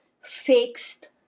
fixed